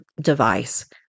device